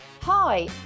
Hi